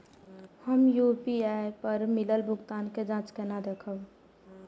हम यू.पी.आई पर मिलल भुगतान के जाँच केना देखब?